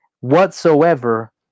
Whatsoever